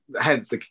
hence